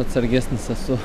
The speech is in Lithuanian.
atsargesnis esu